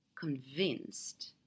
convinced